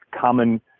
common